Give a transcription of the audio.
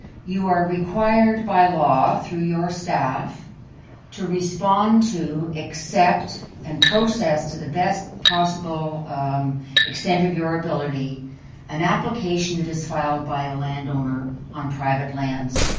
you are required by law through your staff to respond to, accept, and process to the best possible extent of your ability an application that is filed by a landowner on private lands.